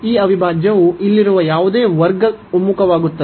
ಈ ಅವಿಭಾಜ್ಯವು ಇಲ್ಲಿರುವ ಯಾವುದೇ ವರ್ಗ ಒಮ್ಮುಖವಾಗುತ್ತದೆ